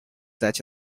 such